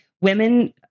women